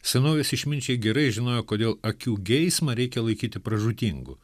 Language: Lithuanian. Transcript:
senovės išminčiai gerai žinojo kodėl akių geismą reikia laikyti pražūtingu